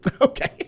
Okay